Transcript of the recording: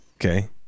okay